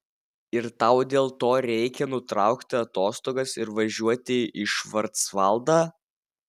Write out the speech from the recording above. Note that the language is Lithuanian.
ir tau dėl to reikia nutraukti atostogas ir važiuoti į švarcvaldą